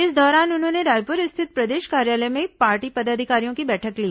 इस दौरान उन्होंने रायपुर स्थित प्रदेश कार्यालय में पार्टी पदाधिकारियों की बैठक ली